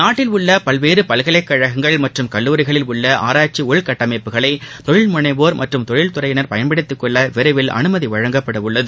நாட்டிலுள்ள பல்வேறு பல்கலைக்கழகங்கள் மற்றும் கல்லூரிகளில் உள்ள ஆராய்ச்சி உள்கட்டமைப்புகளை தொழில் முனைவோர் மற்றும் தொழில் துறையினர் பயன்படுத்திக் கொள்ள விரைவில் அனுமதி வழங்கப்பட உள்ளது